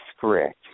correct